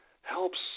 helps